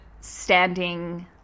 standing